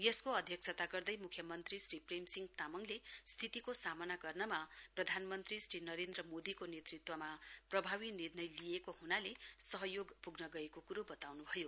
यसको अध्यक्षता गर्दै मुख्यमन्त्री श्री प्रेम सिंह तामाङले स्थितिको सामना गर्नमा प्रधानमन्त्री श्री नरेन्द्र मोदीको नेतृत्वमा प्रभावी निर्णय लिइएको ह्नाले सहयोग पुग्न गएको कुरो बताउनु भयो